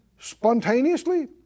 Spontaneously